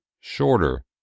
shorter